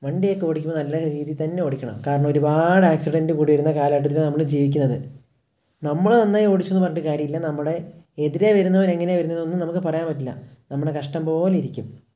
വണ്ടിയൊക്കെ ഓടിക്കുമ്പോൾ നല്ല രീതിയിൽത്തന്നെ ഓടിക്കണം കാരണം ഒരുപാട് ഏക്സിഡന്റ് കൂടിവരുന്ന കാലഘട്ടത്തിലാണ് നമ്മൾ ജീവിക്കുന്നത് നമ്മൾ നന്നായി ഓടിച്ചെന്നു പറഞ്ഞിട്ട് കാര്യം ഇല്ല നമ്മുടെ എതിരെ വരുന്നവനെങ്ങനെയാണ് വരുന്നതെന്നൊന്നും നമുക്ക് പറയാൻ പറ്റില്ല നമ്മുടെ കഷ്ടം പോലെയിരിക്കും